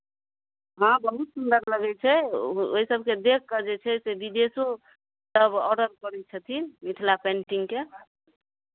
हँ बहुत सुन्दर लगै छै ओ ओहि सभकेँ देखि कऽ जे छै से विदेशो सभ ऑर्डर करै छथिन मिथिला पेन्टिङ्गके